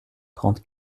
trente